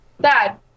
Dad